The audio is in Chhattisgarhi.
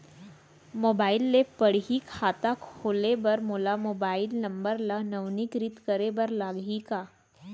मोबाइल से पड़ही खाता खोले बर मोला मोबाइल नंबर ल नवीनीकृत करे बर लागही का?